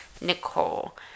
Nicole